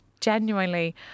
genuinely